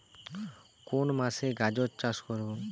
কোন মাসে গাজর চাষ করব?